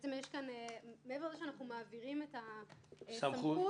מעבר לזה שאנחנו מעבירים את הסמכות,